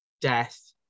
death